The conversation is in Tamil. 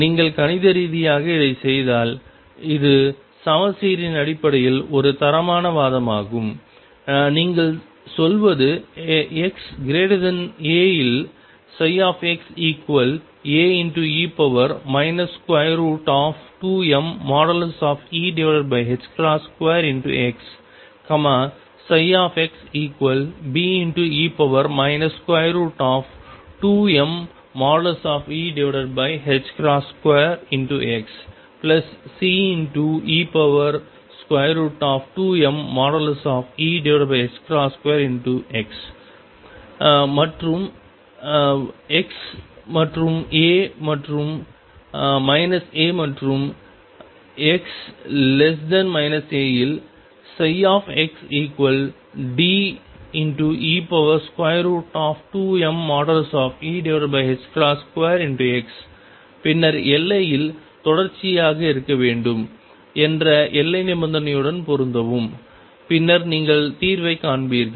நீங்கள் கணித ரீதியாக இதைச் செய்தால் இது சமச்சீரின் அடிப்படையில் ஒரு தரமான வாதமாகும் நீங்கள் சொல்வது xa இல் xAe 2mE2x xBe 2mE2xCe2mE2x x மற்றும் a மற்றும் a மற்றும் x a இல் xDe2mE2xபின்னர் எல்லையில் தொடர்ச்சியாக இருக்க வேண்டும் என்ற எல்லை நிபந்தனையுடன் பொருந்தவும் பின்னர் நீங்கள் தீர்வைக் காண்பீர்கள்